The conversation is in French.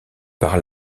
par